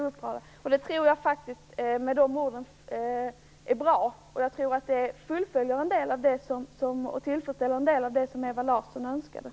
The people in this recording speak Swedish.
Jag tror att det är bra och att det uppfyller en del av Ewa Larssons önskningar.